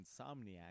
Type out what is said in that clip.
Insomniac